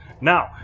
Now